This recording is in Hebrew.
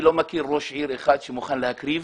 אני לא מכיר ראש עיר אחד שמוכן להקריב